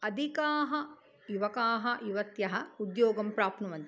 अधिकाः युवकाः युवत्यः उद्योगं प्राप्नुवन्ति